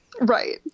Right